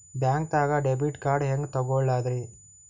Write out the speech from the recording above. ಬ್ಯಾಂಕ್ದಾಗ debit card ಹೆಂಗ್ ತಗೊಳದ್ರಿ?